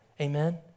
Amen